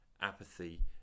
apathy